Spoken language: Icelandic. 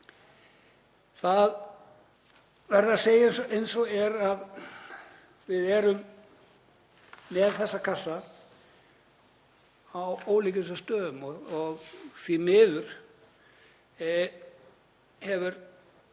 Það verður að segjast eins og er að við erum með þessa kassa á ólíklegustu stöðum og því miður hefur